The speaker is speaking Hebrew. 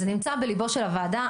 זה נמצא בליבה של הוועדה,